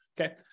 Okay